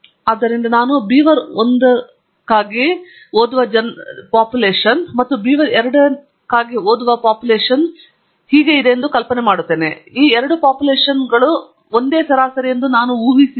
ಆದ್ದರಿಂದ ನಾನು ಬೀವರ್ 1 ಗಾಗಿ ಓದುವ ಜನಸಂಖ್ಯೆ ಮತ್ತು ಬೀವರ್ 2 ಗಾಗಿ ಓದುವ ಜನಸಂಖ್ಯೆ ಇದೆ ಎಂದು ಕಲ್ಪನೆ ಮಾಡುತ್ತಿದ್ದೇನೆ ಮತ್ತು ಈ ಎರಡೂ ಜನಸಂಖ್ಯೆಗಳೂ ಒಂದೇ ಸರಾಸರಿ ಎಂದು ನಾನು ಊಹಿಸಿದ್ದೇನೆ